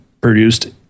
produced